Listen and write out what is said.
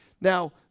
Now